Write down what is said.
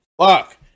Fuck